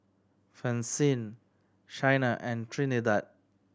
Francine Chyna and Trinidad